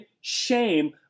shame